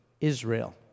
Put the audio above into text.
Israel